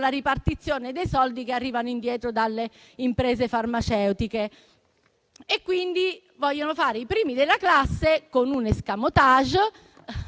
ripartizione dei soldi che arrivano indietro dalle imprese farmaceutiche. Quindi, vogliono fare i primi della classe con un *escamotage*